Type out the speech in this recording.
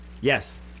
Yes